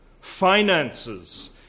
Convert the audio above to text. finances